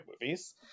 movies